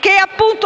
che